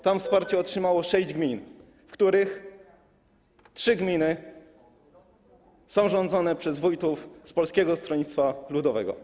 Tam wsparcie otrzymało sześć gmin, z których trzy gminy są rządzone przez wójtów z Polskiego Stronnictwa Ludowego.